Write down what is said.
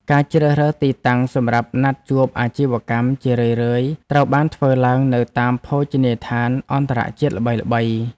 ការជ្រើសរើសទីតាំងសម្រាប់ណាត់ជួបអាជីវកម្មជារឿយៗត្រូវបានធ្វើឡើងនៅតាមភោជនីយដ្ឋានអន្តរជាតិល្បីៗ។